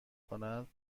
کند